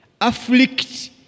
Afflict